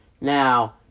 Now